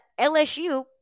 LSU